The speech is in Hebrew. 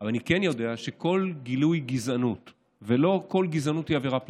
אבל אני כן יודע שכל גילוי גזענות ולא כל גזענות היא עבירה פלילית,